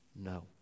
No